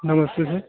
नमस्ते सर